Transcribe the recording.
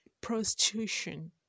prostitution